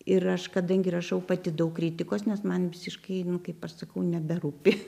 ir aš kadangi rašau pati daug kritikos nes man visiškai nu kaip aš sakau neberūpi